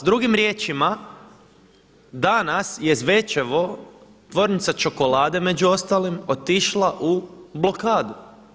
Drugim riječima, danas je Zvečevo Tvornica čokolade među ostalim, otišla u blokadu.